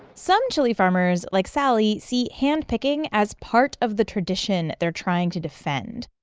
some chili farmers, like sally, see handpicking as part of the tradition they're trying to defend.